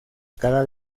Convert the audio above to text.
cada